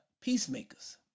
peacemakers